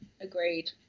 agreed